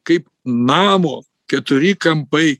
kaip namo keturi kampai